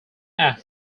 act